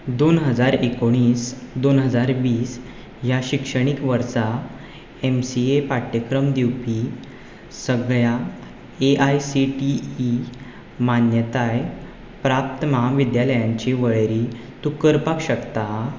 दोन हजार एकोणीस दोन हजार वीस ह्या शिक्षणीक वर्सा एमसीए पाठ्यक्रम दिवपी सगळ्या एआयसीटीई मान्यताय प्राप्त म्हाविद्यालयांची वळेरी तूं करपाक शकता